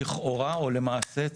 לכאורה או למעשה,